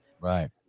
Right